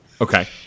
Okay